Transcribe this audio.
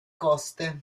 coste